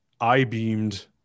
i-beamed